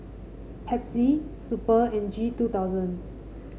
Pepsi Super and G two thousand